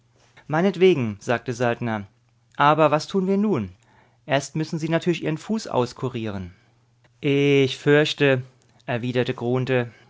meinetwegen sagte saltner aber was tun wir nun erst müssen sie natürlich ihren fuß auskurieren ich fürchte